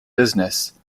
business